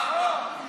רגע, יש לי שאלה.